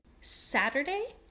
saturday